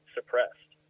suppressed